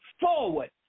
forward